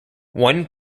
won